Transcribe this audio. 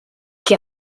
què